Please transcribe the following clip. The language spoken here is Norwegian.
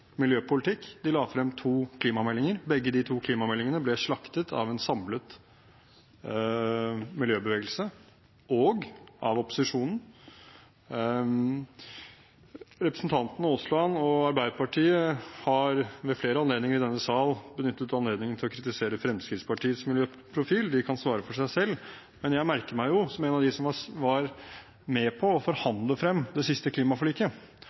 miljøpolitikk. De la frem to klimameldinger, og begge klimameldingene ble slaktet av en samlet miljøbevegelse og av opposisjonen. Representanten Aasland og Arbeiderpartiet har ved flere anledninger i denne sal benyttet anledningen til å kritisere Fremskrittspartiets miljøprofil. De kan svare for seg selv, men jeg merket meg jo – som en av dem som var med på å forhandle frem det siste klimaforliket